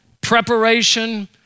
preparation